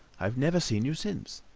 i've never seen you since.